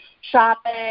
shopping